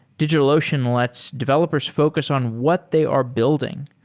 digitalocean lets developers focus on what they are building.